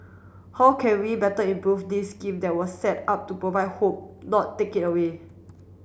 how can we better improve this scheme that was set up to provide hope not take it away